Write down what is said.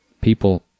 people